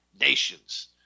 nations